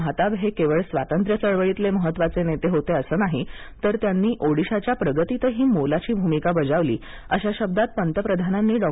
माहताब हे केवळ स्वातंत्र्य चळवळीतले महत्त्वाचे नेते होते असं नाही तर त्यांनी ओडिशाच्या प्रगतीतही मोलाची भूमिका बजावली अशा शब्दात पंतप्रधानांनी डॉ